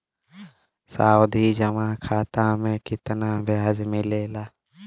सावधि जमा खाता मे कितना ब्याज मिले ला?